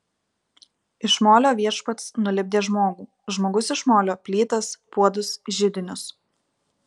iš molio viešpats nulipdė žmogų žmogus iš molio plytas puodus židinius